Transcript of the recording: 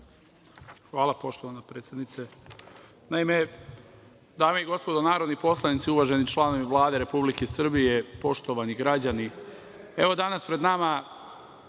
Hvala, poštovana predsednice. Dame i gospodo narodni poslanici, uvaženi članovi Vlade Republike Srbije, poštovani građani, danas je pred nama